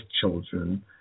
children